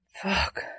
Fuck